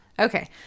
Okay